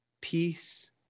peace